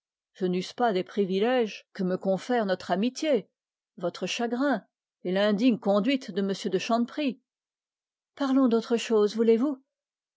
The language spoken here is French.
je n'use pas des privilèges que me confèrent notre amitié votre chagrin et l'indigne conduite de m de chanteprie parlons d'autre chose voulez-vous